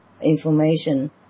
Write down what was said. information